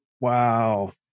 Wow